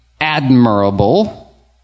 admirable